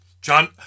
John